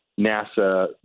NASA